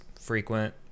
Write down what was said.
frequent